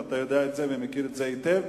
ואתה יודע ומכיר את זה היטב,